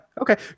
okay